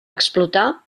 explotar